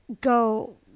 go